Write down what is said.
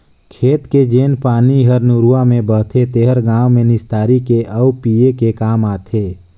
खेत के जेन पानी हर नरूवा में बहथे तेहर गांव में निस्तारी के आउ पिए के काम आथे